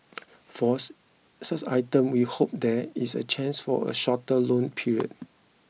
for such items we hope there is a chance for a shorter loan period